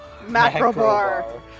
Macrobar